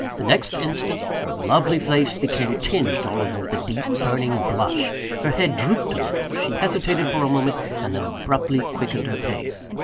the next instant, her lovely face became tinged all over with a deep, burning blush her head drooped a little she hesitated for a moment and then abruptly quickened her pace.